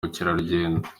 bukerarugendo